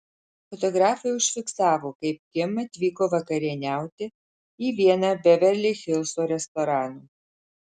fotografai užfiksavo kaip kim atvyko vakarieniauti į vieną beverli hilso restoranų